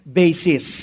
basis